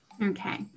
Okay